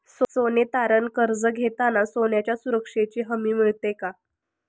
सोने तारण कर्ज घेताना सोन्याच्या सुरक्षेची हमी मिळते का?